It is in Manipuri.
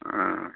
ꯑꯥ